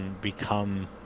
become